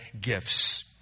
gifts